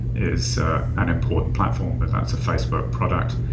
is an important platform, but that's a facebook product.